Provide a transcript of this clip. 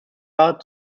war